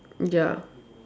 ya